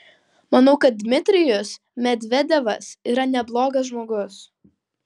manau kad dmitrijus medvedevas yra neblogas žmogus